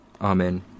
Amen